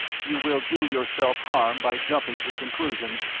you will do yourself harm by jumping to conclusions,